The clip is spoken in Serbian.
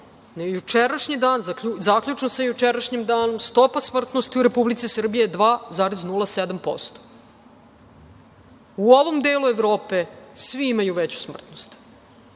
Dačić. Zaključno sa jučerašnjim danom, stopa smrtnosti u Republici Srbiji je 2,07%. U ovom delu Evrope svi imaju veću smrtnost. Pored